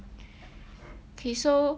okay so